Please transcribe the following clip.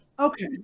Okay